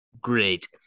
great